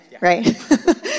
right